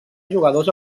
jugadors